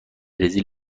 برزیل